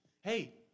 Hey